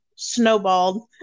snowballed